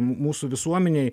m mūsų visuomenėj